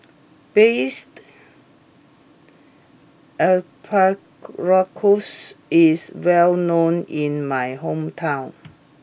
Braised Asparagus is well known in my hometown